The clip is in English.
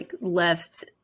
left